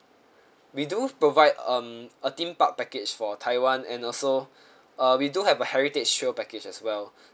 we do provide um a theme park package for taiwan and also uh we do have a heritage tour package as well